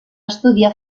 estudiar